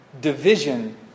division